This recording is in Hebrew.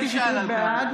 בעד